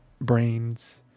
brains